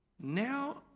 now